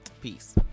Peace